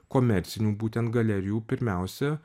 komercinių būtent galerijų pirmiausia